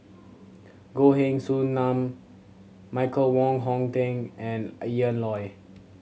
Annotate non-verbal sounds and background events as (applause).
Goh Heng Soon (unintelligible) Michael Wong Hong Teng and Ian Loy